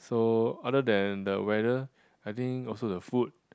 so other than the weather I think also the food